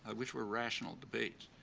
which were rational debates.